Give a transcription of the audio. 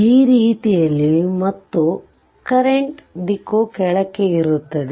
ಆ ರೀತಿಯಲ್ಲಿ ಮತ್ತು ಕರೆಂಟ್ ನ ದಿಕ್ಕು ಕೆಳಕ್ಕೆ ಇರುತ್ತದೆ